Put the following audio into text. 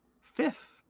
fifth